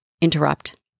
interrupt